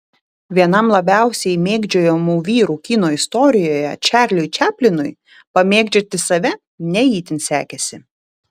vienam labiausiai mėgdžiojamų vyrų kino istorijoje čarliui čaplinui pamėgdžioti save ne itin sekėsi